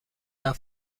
قدر